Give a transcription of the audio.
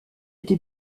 été